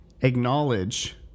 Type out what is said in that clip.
acknowledge